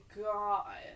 god